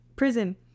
prison